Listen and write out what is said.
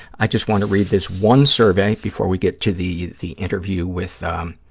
i just want to read this one survey before we get to the the interview with